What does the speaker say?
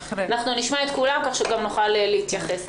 נשמע את כולם ואז גם נוכל להתייחס.